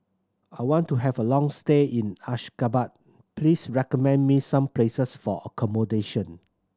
I want to have a long stay in Ashgabat Please recommend me some places for accommodation